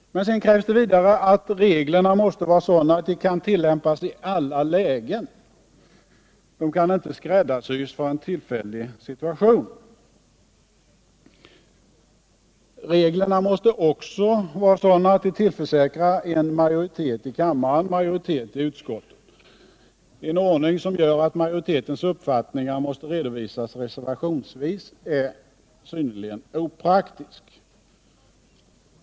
Vidare krävs det att reglerna är sådana att de kan tillämpas i alla lägen — de kan inte skräddarsys för en tillfällig situation. Reglerna måste också vara sådana att de tillförsäkrar majoriteten i kammaren majoritet i utskotten. En ordning som gör att majoritetens uppfattningar måste redovisas reservationsvis är synnerligen opraktisk.